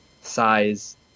size